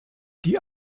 die